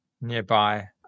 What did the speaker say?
nearby